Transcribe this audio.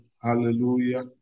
Hallelujah